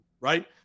Right